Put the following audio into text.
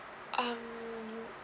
um